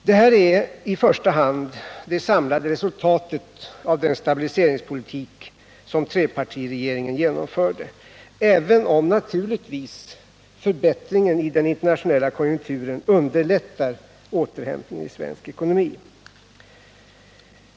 Detta är i första hand det samlade resultatet av den stabiliseringspolitik som trepartiregeringen genomförde, även om naturligtvis förbättringen i den internationella konjunkturen underlättar återhämtningen i svensk ekonomi.